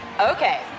Okay